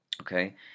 Okay